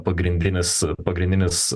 pagrindinis pagrindinis